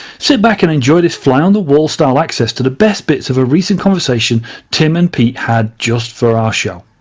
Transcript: sit back and enjoy this fly-on-the-wall style access to the best bits of a recent conversation tim and pete had just for our show.